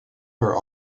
her